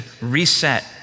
reset